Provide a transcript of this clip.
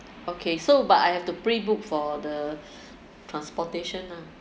okay so but I have to pre book for the transportation lah